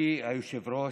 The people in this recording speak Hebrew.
אדוני היושב-ראש,